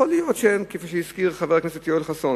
יכול להיות שאין, כפי שהזכיר חבר הכנסת יואל חסון.